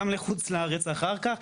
גם לחוץ לארץ אחר-כך.